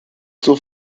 zur